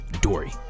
Dory